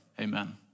Amen